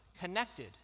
connected